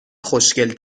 خوشگل